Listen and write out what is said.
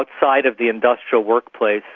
ah kind of the industrial workplace,